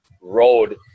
road